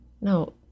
No